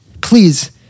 Please